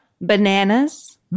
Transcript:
bananas